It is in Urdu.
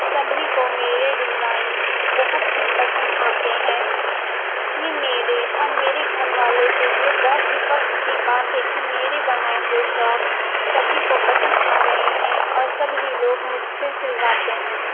سبھی کو میرے ڈیزائن بہت ہی پسند آتے ہیں یہ میرے اور میرے گھر والوں کے لیے بہت ہی فخر کی بات ہے کہ میرے بنائے ہوئے فراک سبھی کو پسند آ رہے ہیں اور سبھی لوگ مجھ سے سلواتے ہیں